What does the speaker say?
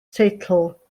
teitl